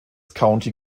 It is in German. county